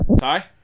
Hi